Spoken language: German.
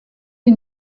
sie